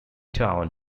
town